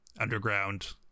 underground